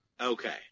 Okay